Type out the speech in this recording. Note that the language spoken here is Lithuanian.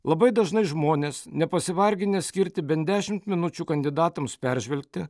labai dažnai žmonės nepasivarginę skirti bent dešimt minučių kandidatams peržvelgti